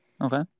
Okay